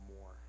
more